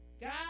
God